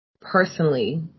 personally